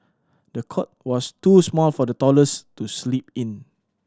the cot was too small for the dollars to sleep in